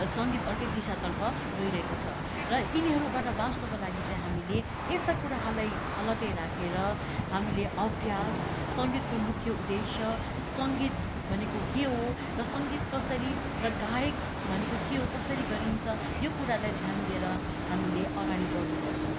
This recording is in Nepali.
सङ्गीत अर्कै दिशातर्फ गइरहेको छ र यिनीहरूबड बाँच्नुको लागि चाहिँ हामीले यस्ता कुराहरलाई अलग्गै राखेर हामीले अभ्यास सङ्गीतको मुख्य उद्देश्य सङ्गीत भनेको के हो र सङ्गीत कसरी र गायक भनेको के हो कसरी गरिन्छ यो कुरालाई ध्यान दिएर हामीले अगाडि बढ्नु पर्छ